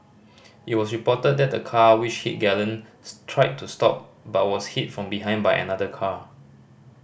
it was reported that the car which hit Galen tried to stop but was hit from behind by another car